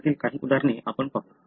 त्यातील काही उदाहरणे आपण पाहू